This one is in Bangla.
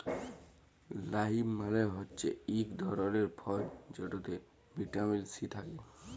লাইম মালে হচ্যে ইক ধরলের ফল যেটতে ভিটামিল সি থ্যাকে